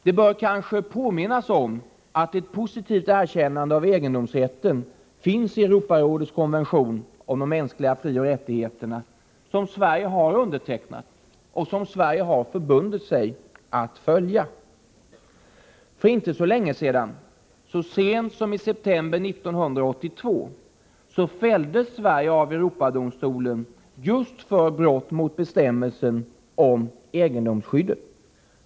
Det bör kanske påminnas om att ett positivt erkännande av egendomsrätten finns i Europarådets konvention om de mänskliga frioch rättigheterna som Sverige har undertecknat och förbundit sig att följa. För inte så länge sedan, så sent som i september 1982, fälldes Sverige av Europadomstolen just för brott mot bestämmelsen om egendomsskyddet.